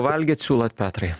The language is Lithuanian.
valgyt siūlot petrai